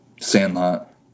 Sandlot